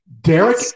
Derek